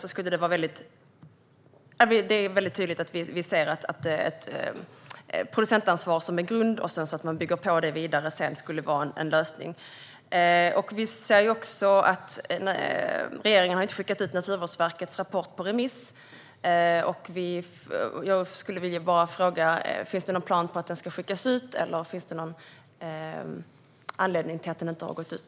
För Centerpartiet är det därför väldigt tydligt att ett producentansvar som grund, som man sedan bygger vidare på, skulle vara en lösning. Vi ser också att regeringen inte har skickat ut Naturvårdsverkets rapport på remiss. Jag skulle vilja fråga om det finns någon plan på att den ska skickas ut eller någon anledning till att så inte har skett.